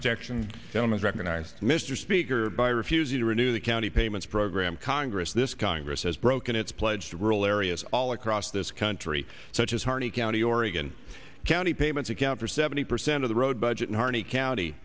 objection film is recognized mr speaker by refusing to renew the county payments program congress this congress has broken its pledge to rural areas all across this country such as harney county oregon county payments account for seventy percent of the road budget in harney county